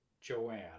Joanne